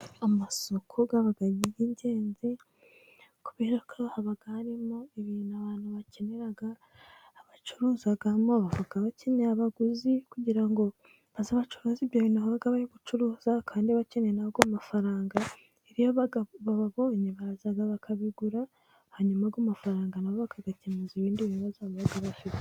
Amasoko aba ari ingenzi kubera ko haba harimo ibintu abantu bakenera, abacuruzamo baba bakeneye abaguzi kugira ngo bazacuruze ibyo bintu baba bari gucuruza kandi bakeneye nabo amafaranga. Iyo bababonye baraza bakabigura hanyuma ayo amafaranga nabo akabakemurira ibindi bibazo bo ubwabo bababafite.